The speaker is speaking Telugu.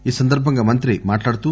ఈ సందర్బంగా మంత్రి మాట్లాడుతూ